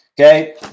okay